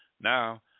Now